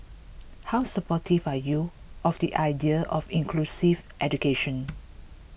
how supportive are you of the idea of inclusive education